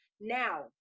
Now